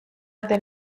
del